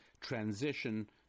transition